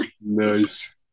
Nice